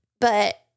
But-